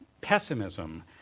pessimism